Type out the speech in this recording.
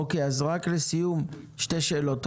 אז רק לסיום, שתי שאלות.